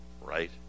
right